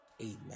Amen